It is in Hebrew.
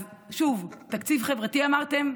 אז שוב, תקציב חברתי אמרתם?